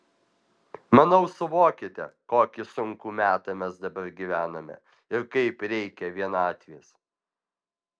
manau suvokiate kokį sunkų metą mes dabar gyvename ir kaip reikia vienatvės